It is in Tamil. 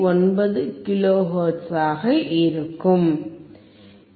59 கிலோ ஹெர்ட்ஸாக இருக்கும்